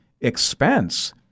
expense